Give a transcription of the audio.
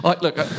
Look